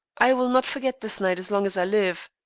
i will not forget this night as long as i live.